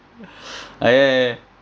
ya ya ya